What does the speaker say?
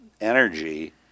energy